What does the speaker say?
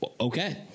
okay